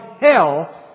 hell